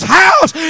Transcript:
house